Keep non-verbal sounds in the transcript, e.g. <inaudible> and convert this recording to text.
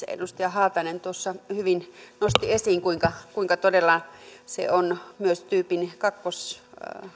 <unintelligible> edustaja haatainen hyvin nosti esiin kuinka kuinka todella myös kakkostyypin